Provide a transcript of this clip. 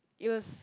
it was